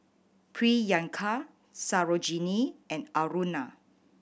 Priyanka Sarojini and Aruna